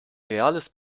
reales